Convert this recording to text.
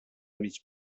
mig